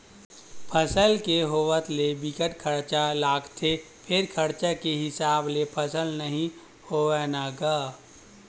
फसल के होवत ले बिकट खरचा लागथे फेर खरचा के हिसाब ले फसल ह नइ होवय न गा